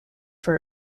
for